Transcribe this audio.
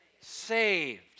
Saved